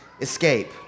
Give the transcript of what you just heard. escape